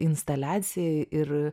instaliaciją ir